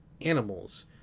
animals